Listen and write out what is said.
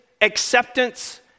acceptance